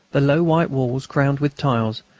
the low white walls, crowned with tiles,